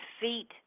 feet